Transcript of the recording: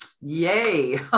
yay